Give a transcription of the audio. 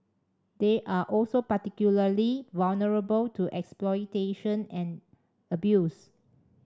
they are also particularly vulnerable to exploitation and abuse